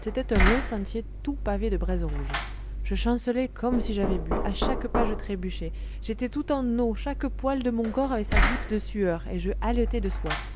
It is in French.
c'était un long sentier tout pavé de braise rouge je chancelais comme si j'avais bu à chaque pas je trébuchais j'étais tout en eau chaque poil de mon corps avait sa goutte de sueur et je haletais de soif